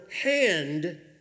hand